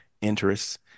interests